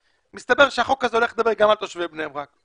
מסתבר שהחוק הזה הולך לדבר גם על תושבי בני ברק.